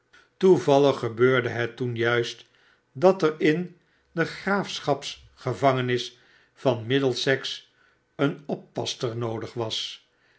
gebeurde het toen juist dat er in de graafschapsgevangenis van middlesex eene oppasster noodig was